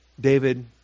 David